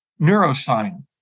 neuroscience